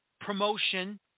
promotion